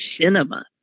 cinema